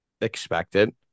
expected